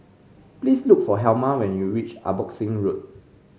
please look for Helma when you reach Abbotsingh Road